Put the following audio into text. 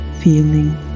feeling